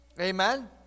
Amen